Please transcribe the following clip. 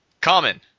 Common